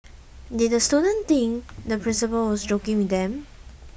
did the students think the principal was joking with them